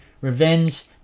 revenge